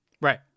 right